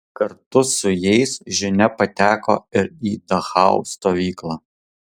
kartu su jais žinia pateko ir į dachau stovyklą